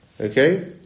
Okay